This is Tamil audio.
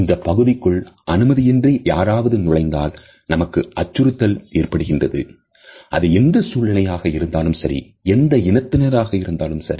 இந்தப் பகுதிக்குள் அனுமதியின்றி யாராவது நுழைந்தாள் நமக்கு அச்சுறுத்தல் ஏற்படுகின்றது அது எந்த சூழ்நிலையாக இருந்தாலும் சரி எந்த இனத்தினர் ஆக இருந்தாலும் சரி